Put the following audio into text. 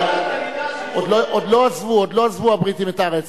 עוד לא עזבו הבריטים את הארץ.